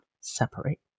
separate